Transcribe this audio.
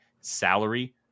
salary